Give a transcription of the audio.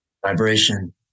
Vibration